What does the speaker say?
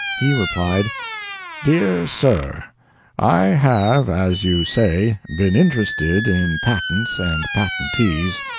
he replied dear sir i have, as you say, been interested in patents and patentees.